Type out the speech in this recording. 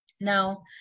Now